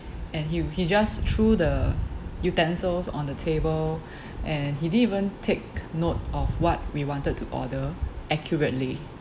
and he he just threw the utensils on the table and he didn't even take note of what we wanted to order accurately